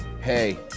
Hey